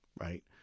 right